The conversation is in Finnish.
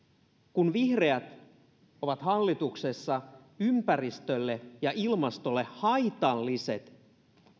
kun vihreät ovat hallituksessa ympäristölle ja ilmastolle haitalliset